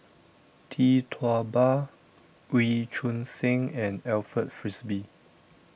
Tee Tua Ba Wee Choon Seng and Alfred Frisby